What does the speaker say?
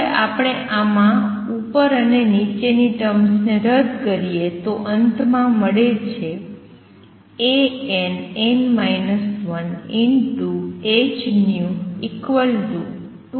હવે આપણે આમાં ઉપર અને નીચે ની ટર્મ્સ રદ કરીએ તો અંત માં મળે છે